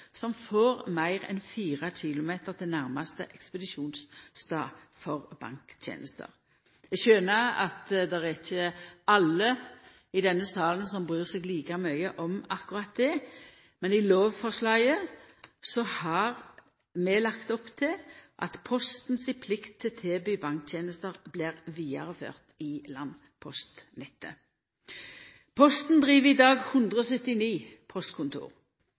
som får meir enn fire kilometer til næraste ekspedisjonsstad for banktenester. Eg skjønar at det ikkje er alle i denne salen som bryr seg like mykje om akkurat det, men i lovforslaget har vi lagt opp til at Posten si plikt til å tilby banktenester blir vidareført i landpostnettet. Posten driv i dag 179 postkontor.